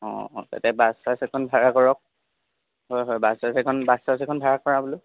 অঁ অঁ তেতিয়া বাছ চাছ এখন ভাৰা কৰক হয় হয় বাছ চাছ এখন বাছ চাছ এখন ভাৰা কৰা বোলো